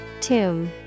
Tomb